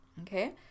okay